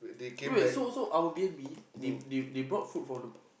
wait so so our B_N_B they they they brought food from the